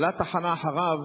עלה תחנה אחריו